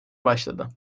başladı